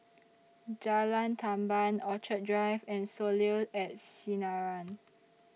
Jalan Tamban Orchid Drive and Soleil At Sinaran